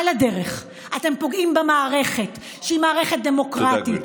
על הדרך אתם פוגעים במערכת, שהיא מערכת דמוקרטית.